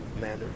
manner